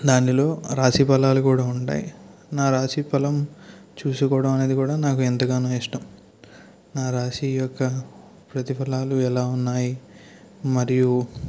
దానిలో రాశిఫలాలు కూడా ఉంటాయి నా రాశి ఫలం చూసుకోవడమనేది కూడా నాకు ఎంతగానో ఇష్టం నా రాశి యొక్క ప్రతిఫలాలు ఎలా ఉన్నాయి మరియూ